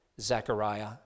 Zechariah